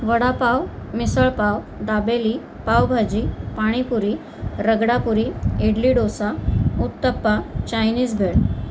vada pav misal pav dabeli pav bhaji pani puri ragda puri idli dosa uttappa Chinese भेळ